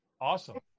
Awesome